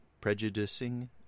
prejudicing